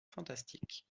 fantastique